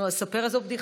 נו, אז ספר איזו בדיחה.